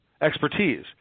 expertise